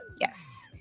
Yes